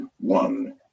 one